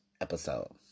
episode